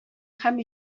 һәм